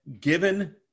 given